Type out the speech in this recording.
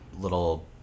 little